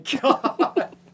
God